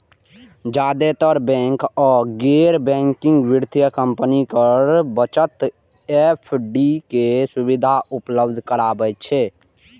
जादेतर बैंक आ गैर बैंकिंग वित्तीय कंपनी कर बचत एफ.डी के सुविधा उपलब्ध कराबै छै